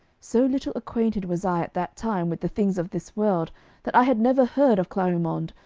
so little acquainted was i at that time with the things of this world that i had never heard of clarimonde,